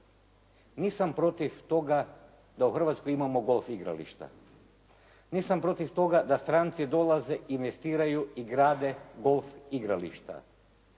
Nisam protiv toga da u Hrvatskoj imamo golf igrališta. Nisam protiv toga da stranci dolaze, investiraju i grade golf igrališta,